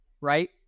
right